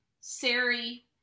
Sari